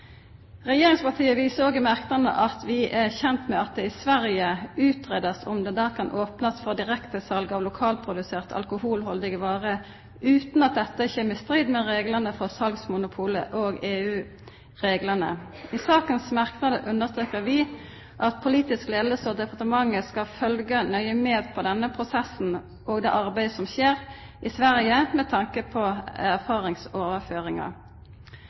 viser i merknadene også til at vi er kjent med at det i Sverige utredes om det der kan åpnes for direktesalg av lokalproduserte alkoholholdige varer uten at dette kommer i strid med reglene for salgsmonopolet og EU-reglene. I merknader til saken understreker vi at politisk ledelse og departementet bør følge nøye med på denne prosessen og det arbeidet som skjer i Sverige, med tanke på erfaringsoverføringer.